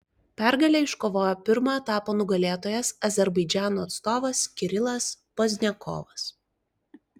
pergalę iškovojo pirmo etapo nugalėtojas azerbaidžano atstovas kirilas pozdniakovas